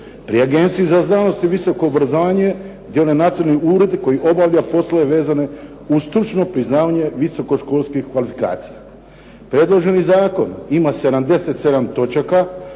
Pri Agenciji za znanost i visoko obrazovanje djeluje Nacionalni ured koji obavlja poslove vezane uz stručno priznavanje visokoškolskih kvalifikacija. Predloženi zakon ima 77 točaka,